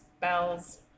bells